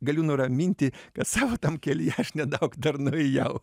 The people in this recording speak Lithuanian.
galiu nuraminti kad savo tam kelyje aš nedaug dar nuėjau